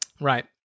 Right